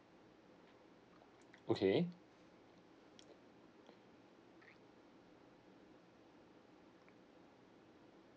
okay